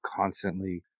constantly